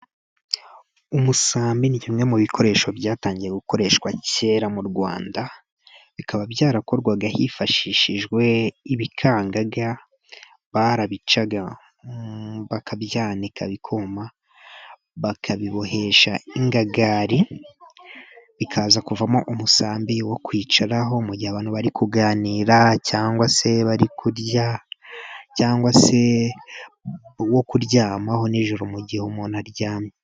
Umusambi ni kimwe mu bikoresho byatangiye gukoreshwa kera mu Rwanda. Bikaba byarakorwaga hifashishijwe ibikangaga. Barabicaga bakabyanika bikuma, bakabibohesha ingagari, bikaza kuvamo umusambi wo kwicaraho mu gihe abantu bari kuganira cyangwa se bari kurya, cyangwa se uwo kuryamaho nijoro mu gihe umuntu aryamye.